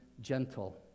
gentle